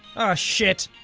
ah shit.